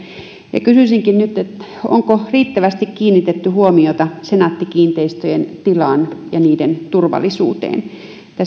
kysyisinkin nyt onko riittävästi kiinnitetty huomiota senaatti kiinteistöjen tilaan ja sen kiinteistöjen turvallisuuteen